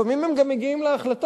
לפעמים הם מגיעים גם להחלטות.